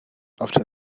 after